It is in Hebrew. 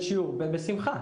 בשמחה.